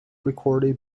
recorded